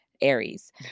Aries